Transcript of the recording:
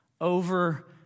over